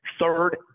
Third